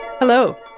Hello